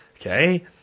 Okay